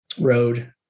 road